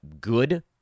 good